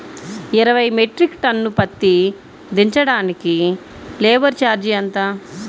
ఇరవై metric ton పత్తి దించటానికి లేబర్ ఛార్జీ ఎంత?